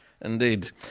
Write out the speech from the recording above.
Indeed